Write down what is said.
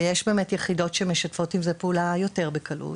יש יחידות שמשתפות עם זה פעולה יותר בקלות,